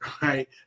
right